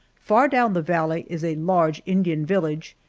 far down the valley is a large indian village,